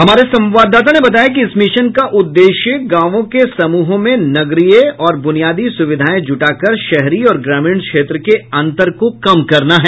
हमारे संवाददाता ने बताया कि इस मिशन का उद्देश्य गांवों के समूहों में नगरी और बुनियादी सुविधाएं जुटाकर शहरी और ग्रामीण क्षेत्र के अंतर को कम करना है